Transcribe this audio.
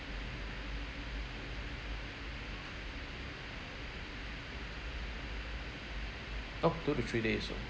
oh two to three days oh